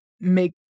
make